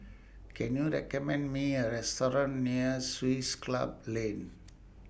Can YOU recommend Me A Restaurant near Swiss Club Lane